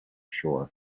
shore